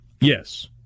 Yes